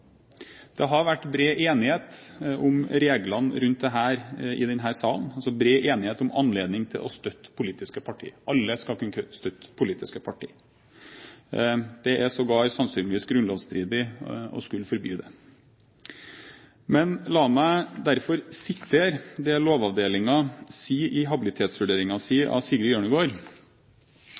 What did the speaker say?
Det har vært bred enighet rundt reglene i denne salen – bred enighet om anledning til å støtte politiske partier. Alle skal kunne støtte politiske partier. Det er sågar sannsynligvis grunnlovsstridig å skulle forby det. La meg derfor sitere det Lovavdelingen sier i habilitetsvurderingen sin, av Sigrid Hjørnegård: